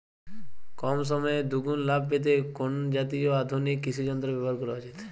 কম সময়ে দুগুন লাভ পেতে কোন জাতীয় আধুনিক কৃষি যন্ত্র ব্যবহার করা উচিৎ?